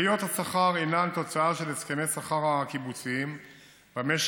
עליות השכר הינן תוצאה של הסכמי השכר הקיבוציים במשק,